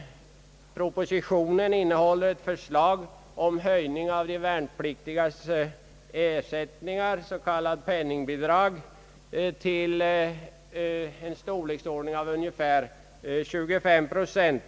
Propositionen innehåller förslag om höjning av de värnpliktigas ersättningar, s.k. penningbidrag, med ungefär 25 procent.